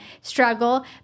struggle